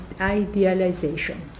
idealization